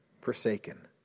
forsaken